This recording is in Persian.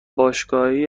باشگاهی